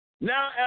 Now